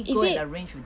is it